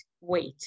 weight